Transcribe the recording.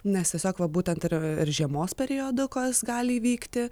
nes tiesiog va būtent ir ir žiemos periodu kas gali įvykti